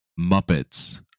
Muppets